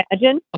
imagine